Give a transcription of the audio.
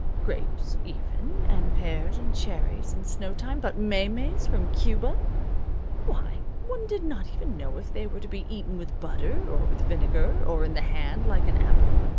grapes, even, and pears and cherries in snow time. but maymeys from cuba why, one did not even know if they were to be eaten with butter, or with vinegar, or in the hand, like an apple.